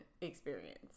experience